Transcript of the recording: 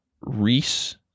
Reese